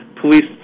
police